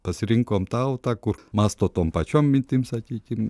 pasirinkom tautą kur mąsto tom pačiom mintim sakykim